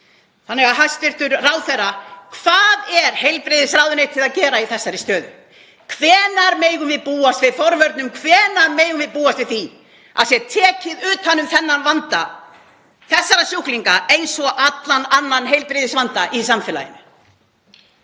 ekki. Hæstv. ráðherra: Hvað er heilbrigðisráðuneytið að gera í þessari stöðu? Hvenær megum við búast við forvörnum? Hvenær megum við búast við því að sé tekið utan um þennan vanda þessara sjúklinga eins og allan annan heilbrigðisvanda í samfélaginu?